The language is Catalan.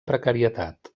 precarietat